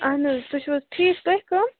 اَہَن حظ تُہۍ چھُو حظ ٹھیٖک تُہۍ کَم